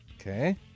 Okay